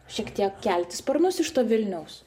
šiek tiek kelti sparnus iš to vilniaus